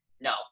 No